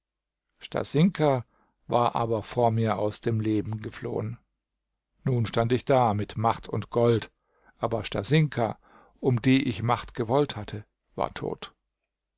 stasinka war aber vor mir aus dem leben geflohen nun stand ich da mit macht und gold aber stasinka um die ich macht gewollt hatte war tot